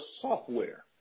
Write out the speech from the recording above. software